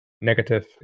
negative